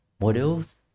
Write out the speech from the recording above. models